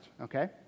okay